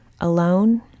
alone